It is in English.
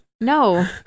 No